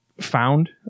found